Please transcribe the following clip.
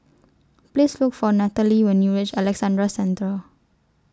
Please Look For Nathaly when YOU REACH Alexandra Central